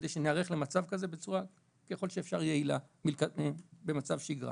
כדי שנערך למצב כזה בצורה ככל שאפשר יעילה במצב שגרה.